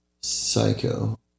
psycho